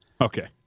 Okay